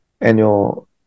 annual